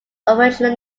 original